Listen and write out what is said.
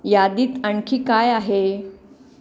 यादीत आणखी काय आहे